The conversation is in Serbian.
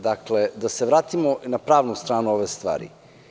Dakle, da se vratimo na pravu stranu ove stvari.